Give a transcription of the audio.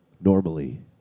Normally